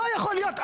לא יכול להיות.